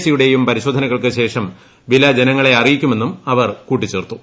സിയുടെയും പരിശോധനകൾക്ക് ശേഷം വില ജനങ്ങളെ അറിയിക്കുമെന്നു അവർ കൂട്ടിച്ചേർത്തു